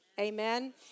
Amen